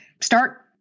Start